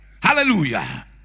Hallelujah